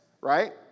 right